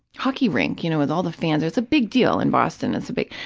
hockey rink, you know, with all the fans. it's a big deal in boston, it's a big,